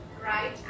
right